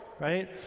right